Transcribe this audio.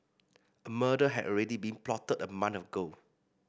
a murder had already been plotted a month ago